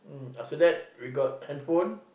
after that we got handphone